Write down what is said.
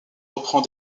reprend